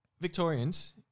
Victorians